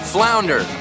Flounder